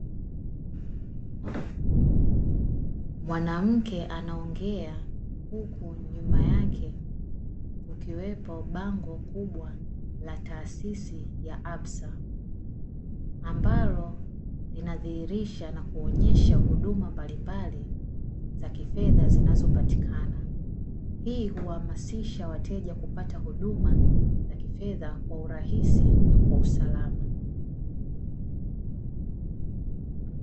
Mwanamke anaongea huku nyuma yake kukiwepo bango kubwa la taasisi ya "Absa" ambalo linadhihirisha na kuonyesha huduma mbalimbali za kifedha zinazopatikana. Hii huhamasisha wateja kupata huduma za kifedha kwa urahisi na kwa usalama.